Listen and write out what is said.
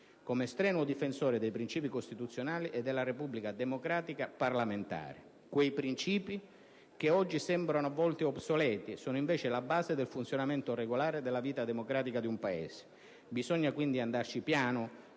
come strenuo difensore dei principi costituzionali e della Repubblica democratica parlamentare. Quei principi che oggi sembrano, a volte, obsoleti sono invece la base del funzionamento regolare della vita democratica di un Paese. Bisogna, quindi, andarci piano